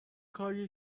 کاریه